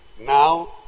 now